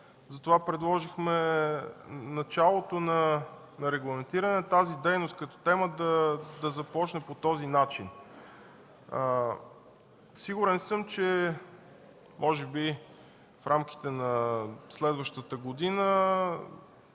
срок, предложихме началото на регламентиране на тази дейност, като тема, да започне по този начин. Сигурен съм, че може би в рамките на следващата година,